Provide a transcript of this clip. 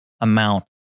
amount